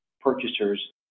purchasers